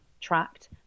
tracked